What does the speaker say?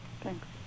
Thanks